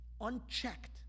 unchecked